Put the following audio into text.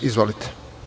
Izvolite.